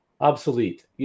obsolete